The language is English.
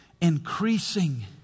increasing